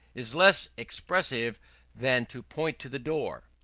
is less expressive than to point to the door.